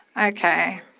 Okay